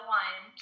one